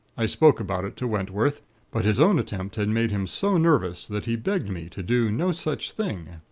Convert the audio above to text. i spoke about it to wentworth but his own attempt had made him so nervous that he begged me to do no such thing.